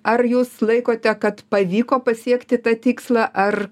ar jūs laikote kad pavyko pasiekti tą tikslą ar